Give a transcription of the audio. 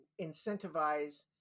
incentivize